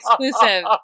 exclusive